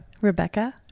Rebecca